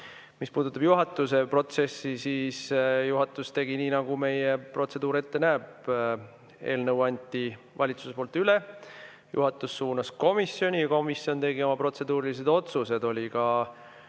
Mis puudutab juhatuse protsessi, siis juhatus tegi nii, nagu meie protseduur ette näeb. Valitsus andis eelnõu üle, juhatus suunas selle komisjoni ja komisjon tegi oma protseduurilised otsused. Oli ka